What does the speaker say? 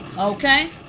okay